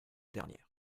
dernière